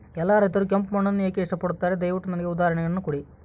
ಎಲ್ಲಾ ರೈತರು ಕೆಂಪು ಮಣ್ಣನ್ನು ಏಕೆ ಇಷ್ಟಪಡುತ್ತಾರೆ ದಯವಿಟ್ಟು ನನಗೆ ಉದಾಹರಣೆಯನ್ನ ಕೊಡಿ?